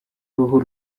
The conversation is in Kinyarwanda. uruhu